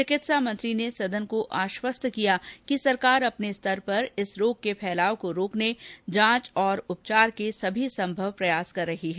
चिकित्सा मंत्री ने सदन को आश्वस्त किया कि सरकार अपने स्तर पर इस रोग के फैलाव को रोकने जांच और उपचार के सभी संभव प्रयास कर रही है